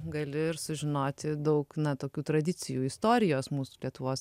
gali ir sužinoti daug na tokių tradicijų istorijos mūsų lietuvos